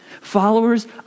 Followers